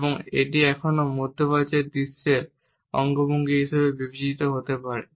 এবং এটি এখনও মধ্যপ্রাচ্যের দৃশ্যের অঙ্গভঙ্গি হিসাবে বিবেচিত হতে পারে